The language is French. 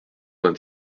vingt